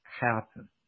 happen